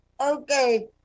Okay